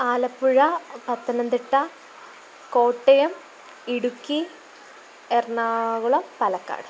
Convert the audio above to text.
Alappuzha Pathanamthitta Kottayam Idukki Ernakulam Palakkad